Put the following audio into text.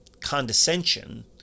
condescension